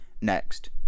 Next